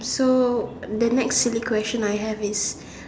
so the next silly question I have is